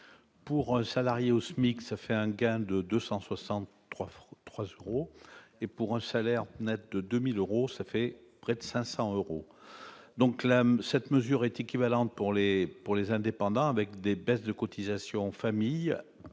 pour un salarié au SMIC, ça fait un gain de 260 3 francs 3 euros et pour un salaire Net de 2000 euros ça fait près de 500 euros donc, là, cette mesure est équivalente pour les pour les indépendants, avec des baisses de cotisations famille